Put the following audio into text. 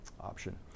option